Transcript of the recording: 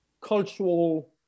cultural